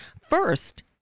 First